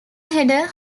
header